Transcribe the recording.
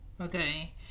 Okay